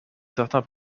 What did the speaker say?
certain